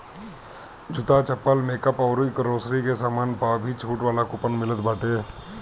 जूता, चप्पल, मेकअप अउरी ग्रोसरी के सामान पअ भी छुट वाला कूपन मिलत बाटे